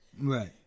Right